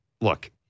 Look